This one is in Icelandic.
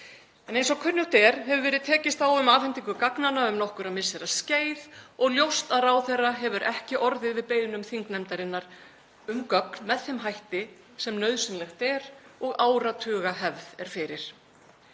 en eins og kunnugt er hefur verið tekist á um afhendingu gagnanna um nokkurra missera skeið og ljóst að ráðherra hefur ekki orðið við beiðnum þingnefndarinnar um gögn með þeim hætti sem nauðsynlegt er og áratugahefð er fyrir.